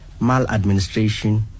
maladministration